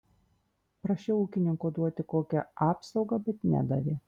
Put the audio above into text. prašiau ūkininko duoti kokią apsaugą bet nedavė